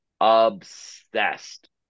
obsessed